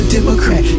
Democrat